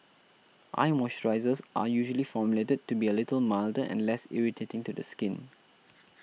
eye moisturisers are usually formulated to be a little milder and less irritating to the skin